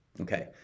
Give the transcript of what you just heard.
Okay